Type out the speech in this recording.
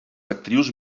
actrius